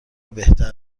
بهتر